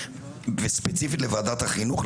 וספציפית לוועדת החינוך,